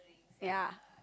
ya